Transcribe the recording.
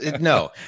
no